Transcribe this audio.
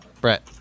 Brett